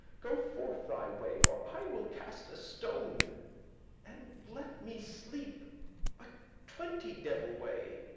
go forth thy way, or i will cast a stone and let me sleep a twenty devil way.